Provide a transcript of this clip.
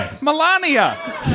Melania